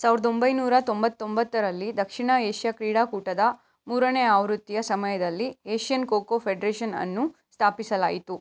ಸಾವಿರ್ದ ಒಂಬೈನೂರ ತೊಂಬತ್ತ ತೊಂಬತ್ತರಲ್ಲಿ ದಕ್ಷಿಣ ಏಷ್ಯಾ ಕ್ರೀಡಾ ಕೂಟದ ಮೂರನೇ ಆವೃತ್ತಿಯ ಸಮಯದಲ್ಲಿ ಏಷ್ಯನ್ ಖೋ ಖೋ ಫೆಡರೇಶನ್ ಅನ್ನು ಸ್ಥಾಪಿಸಲಾಯಿತು